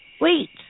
Wait